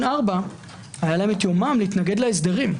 4 היה להם את יומם להתנגד להסדרים.